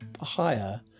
higher